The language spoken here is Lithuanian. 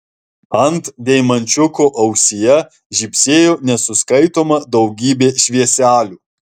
ant deimančiuko ausyje žybsėjo nesuskaitoma daugybė švieselių